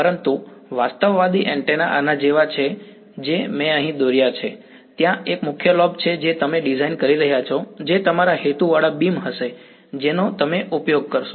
પરંતુ વાસ્તવવાદી એન્ટેના આના જેવા છે જે મેં અહીં દોર્યા છે ત્યાં એક મુખ્ય લોબ છે જે તમે ડિઝાઇન કરી રહ્યા છો જે તમારા હેતુવાળા બીમ હશે જેનો તમે ઉપયોગ કરશો